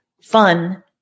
fun